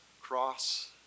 cross